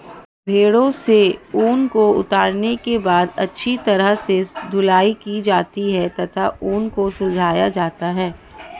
भेड़ों से ऊन को उतारने के बाद अच्छी तरह से धुलाई की जाती है तथा ऊन को सुलझाया जाता है